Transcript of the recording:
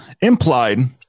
implied